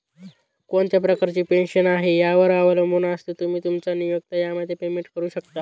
कोणत्या प्रकारची पेन्शन आहे, यावर अवलंबून असतं, तुम्ही, तुमचा नियोक्ता यामध्ये पेमेंट करू शकता